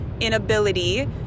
inability